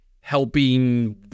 helping